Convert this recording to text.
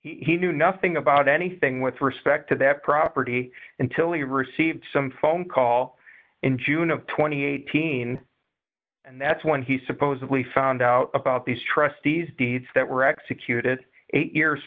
he knew nothing about anything with respect to that property until you received some phone call in june of two thousand and eighteen and that's when he supposedly found out about these trustees deeds that were executed eight years